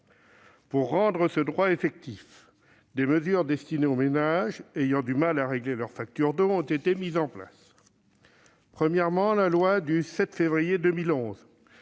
Pour rendre ce droit effectif, des mesures destinées aux ménages ayant du mal à régler leurs factures d'eau ont été mises en place. Premièrement, la loi du 7 février 2011